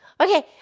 Okay